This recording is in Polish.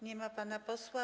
Nie ma pana posła.